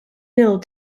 mill